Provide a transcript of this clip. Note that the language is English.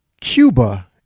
Cuba